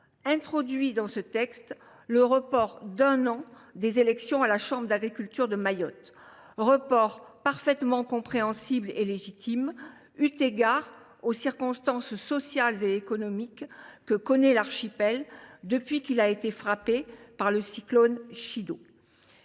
introduit dans le texte le report d’un an des élections à la chambre d’agriculture de Mayotte. Ce report est parfaitement compréhensible et légitime, eu égard aux circonstances sociales et économiques que connaît l’archipel depuis qu’il a été frappé par le cyclone Chido.